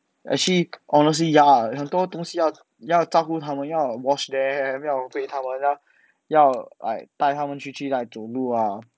actually honestly ya 很多东西要要照顾它们要 wash them 要 feed 它们啦要 like 带它们出去走路啊